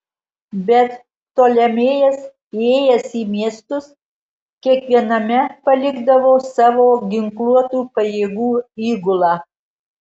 bet ptolemėjas įėjęs į miestus kiekviename palikdavo savo ginkluotų pajėgų įgulą